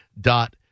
dot